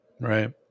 Right